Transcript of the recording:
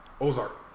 Ozark